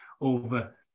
over